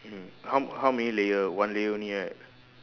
mm how how many layer one layer only right